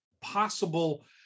possible